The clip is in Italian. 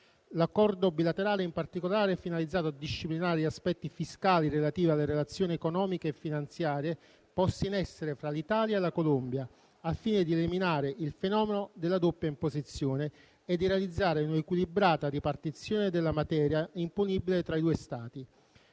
L'accordo bilaterale, in particolare, è finalizzato a disciplinare gli aspetti fiscali relativi alle relazioni economiche e finanziarie posti in essere fra l'Italia e la Colombia, al fine di eliminare il fenomeno della doppia imposizione e di realizzare una equilibrata ripartizione della materia imponibile tra i due Stati.